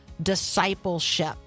discipleship